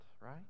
right